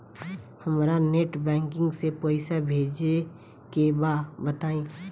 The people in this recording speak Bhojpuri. हमरा नेट बैंकिंग से पईसा भेजे के बा बताई?